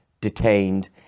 detained